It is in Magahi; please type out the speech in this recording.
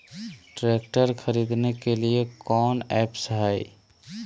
ट्रैक्टर खरीदने के लिए कौन ऐप्स हाय?